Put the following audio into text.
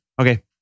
Okay